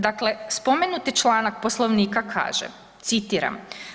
Dakle, spomenuti članak Poslovnika kaže, citiram.